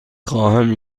خواهم